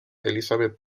elizabeth